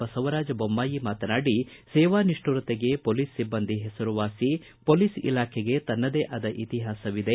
ಗೃಹಖಾತೆ ಸಚಿವ ಬಸವರಾಜ ಬೊಮ್ನಾಯಿ ಮಾತನಾಡಿ ಸೇವಾ ನಿಷ್ಠುರತೆಗೆ ಪೊಲೀಸ್ ಸಿಬ್ಬಂದಿ ಹೆಸರುವಾಸಿ ಪೊಲೀಸ್ ಇಲಾಖೆಗೆ ತನ್ನದೇ ಆದ ಇತಿಹಾಸವಿದೆ